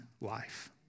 life